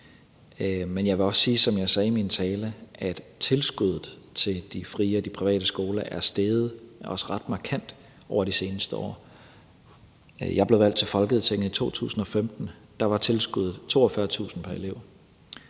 Men jeg vil også sige, som jeg sagde i min tale, at tilskuddet til de frie og de private skoler er steget, også ret markant over de seneste år. Jeg blev valgt til Folketinget i 2015, og der var tilskuddet på 42.000 kr. pr.